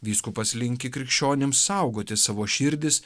vyskupas linki krikščionims saugoti savo širdis